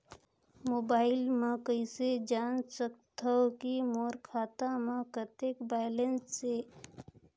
Mobile म कइसे जान सकथव कि मोर खाता म कतेक बैलेंस से?